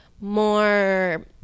more